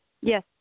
Yes